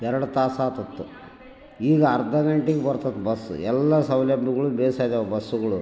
ಎರಡು ತಾಸು ಆತುತು ಈಗ ಅರ್ಧ ಗಂಟೆಗ್ ಬರ್ತದೆ ಬಸ್ ಎಲ್ಲ ಸೌಲಭ್ಯಗಳು ಭೇಷಾಯಿದವ್ ಬಸ್ಸುಗಳು